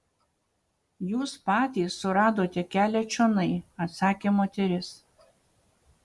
jūs patys suradote kelią čionai atsakė moteris